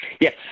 Yes